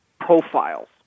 profiles